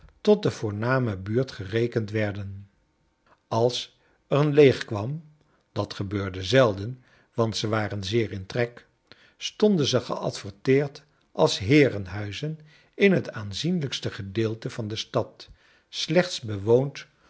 tot de voorname buuit gerekend werden als er een leeg kwam dat gebeurde zelden want ze waren zeer in trek stonden ze geadverteerd als heerenhuizen in het aanzienlijkste gedeelte van de stad slechts bewoond